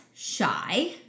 shy